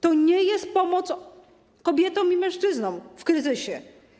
To nie jest pomoc kobietom i mężczyznom w kryzysie.